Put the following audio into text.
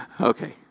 Okay